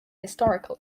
historical